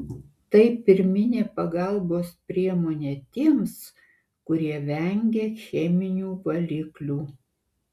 tai pirminė pagalbos priemonė tiems kurie vengia cheminių valiklių